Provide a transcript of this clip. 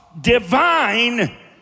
divine